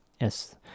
Yes